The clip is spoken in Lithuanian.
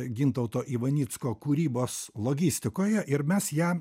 gintauto ivanicko kūrybos logistikoje ir mes ją